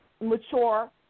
mature